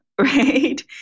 right